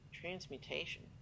Transmutation